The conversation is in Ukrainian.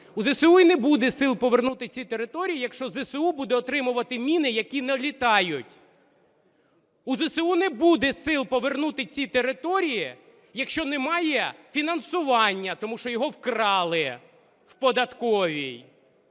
У ЗСУ й не буде сил повернути ці території, якщо ЗСУ буде отримувати міни, які не літають, у ЗСУ не буде сил повернути ці території, якщо немає фінансування, тому що його вкрали в податковій,